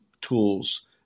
tools